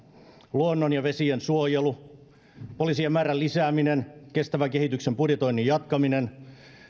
luonnon ja vesien suojelu poliisien määrän lisääminen kestävän kehityksen budjetoinnin jatkaminen